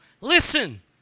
listen